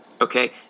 okay